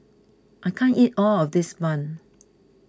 I can't eat all of this Bun